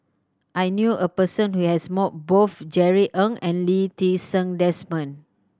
I knew a person who has met both Jerry Ng and Lee Ti Seng Desmond